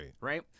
Right